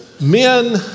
Men